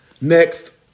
next